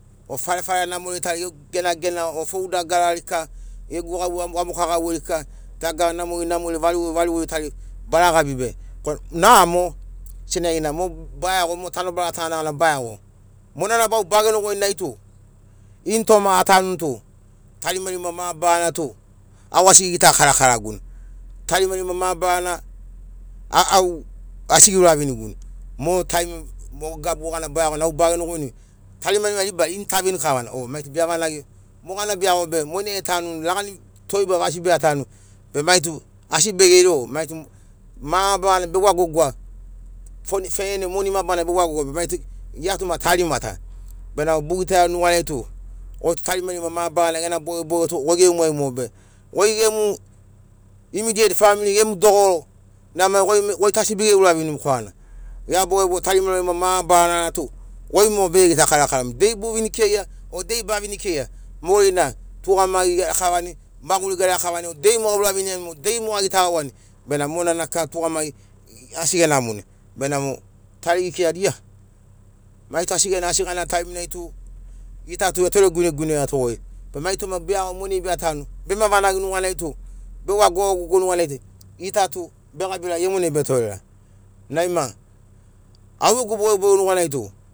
O farefare namori tari ḡegu genagena o fou dagarari kika ḡegu vamoka ḡauveiri kika dagara namori namori variḡuri variḡuri tari bara ḡabi be namo senaḡina mo baiaḡo mo tanobara ta ḡana- ḡana baiaḡo monana vau baḡenoḡoini nai tu initoma atanuni tu tarimarima mabarana tu au asi ḡiḡitakarakaraguni tarimarima mabarana a- au asi ḡiuraviniguni mo taim mo gabu ḡana baiaḡoni au baḡenoḡoini tarimarima ribari ini taveini kavana o maitu beavanaḡi moḡana beiaḡo be monai etanuni laḡani toi ba vasi beatanu be maitu asi beḡere o. Mai tu mabarana begwa gogoa. fene moni mabarana beḡwa- gogoa be maitu ḡia tu ma tarima ta bena boḡitaiani nuḡariai tu ḡoi tarimarima mabarana ḡena boḡeboḡe tu ḡoi ḡemuai moḡo be ḡoi ḡemu imidiet famili ḡemu doḡoro na ma ḡoi- ḡoi tu asi beḡe- uranimuni korana ḡera boḡeboḡe tarimarima mabarana na tu ḡoi mo beḡeḡita- karakaramuni dei bovini keia o dei bavini keia moḡerina tuḡamaḡi ḡerakavani maḡuri ḡerakavani dei moa uraviniani dei moa aḡitaḡauani benamo monana kika tuḡamaḡi asi ḡenamoni benamo tari ḡikirani ia mai tu asi ḡena asi ḡana taiminai tu ḡita tu etore guine guineratoḡoi be mai toma beiaḡo moanai beatanu bema vanaḡi nuḡanai tu begwa gogogo nuḡanai tu ḡita tu beḡabira iomonai betorera. Naima auḡegu boḡeboḡe nuḡanai tu